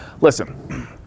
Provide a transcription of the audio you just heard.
listen